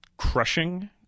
Crushing